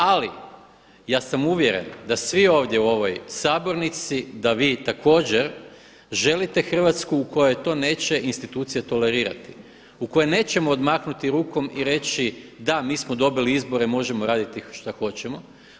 Ali ja sam uvjeren da svi ovdje u ovoj sabornici, da vi također želite Hrvatsku u kojoj to neće institucije tolerirati, u koje nećemo odmahnuti rukom i reći, da mi smo dobili izbore, možemo raditi šta hoćemo.